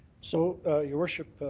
so your worship,